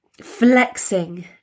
flexing